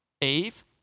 Eve